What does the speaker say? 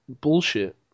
bullshit